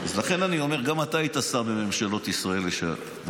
לכן אני אומר שגם אתה היית שר בממשלות ישראל בעבר,